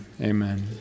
amen